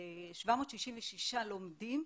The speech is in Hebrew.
766 לומדים,